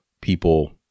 people